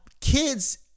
kids